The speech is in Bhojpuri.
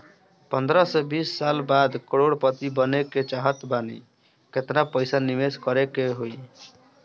पंद्रह से बीस साल बाद करोड़ पति बने के चाहता बानी केतना पइसा निवेस करे के होई?